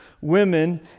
women